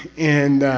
and.